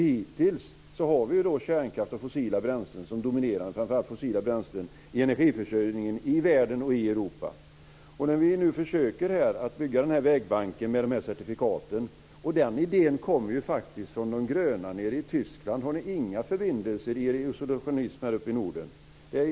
Hittills har vi kärnkraft och fossila bränslen som dominerar, framför allt fossila bränslen, i energiförsörjningen i världen och i Europa. Vi försöker nu bygga denna vägbank med de här certifikaten. Den idén kommer ju faktiskt från De gröna nere i Tyskland. Har ni inga förbindelser i er isolationism här uppe i Norden?